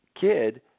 kid